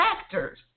factors